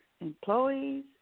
employees